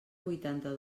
vuitanta